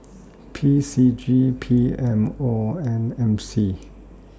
P C G P M O and M C